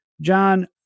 John